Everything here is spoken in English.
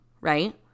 right